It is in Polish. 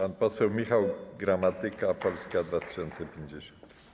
Pan poseł Michał Gramatyka, Polska 2050.